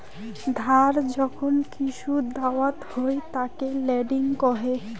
ধার যখন কিসু দাওয়াত হই তাকে লেন্ডিং কহে